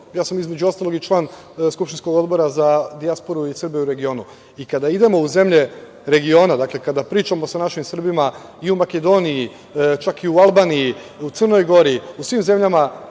sam, između ostalog, i član skupštinskog Odbora za dijasporu i Srbe u regionu. Kada idemo u zemlje regiona, kada pričamo sa našim Srbima i u Makedoniji, čak i u Albaniji, u Crnoj Gori, u svim zemljama